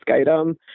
item